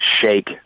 shake